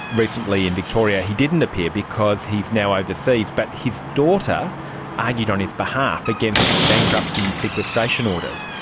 recently in victoria he didn't appear because he is now overseas, but his daughter argued on his behalf against bankruptcy sequestration orders.